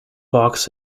pox